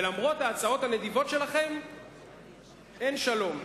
ולמרות ההצעות הנדיבות שלכם אין שלום.